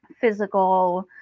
physical